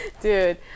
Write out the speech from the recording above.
Dude